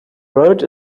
road